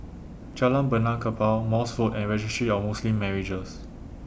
Jalan Benaan Kapal Morse Road and Registry of Muslim Marriages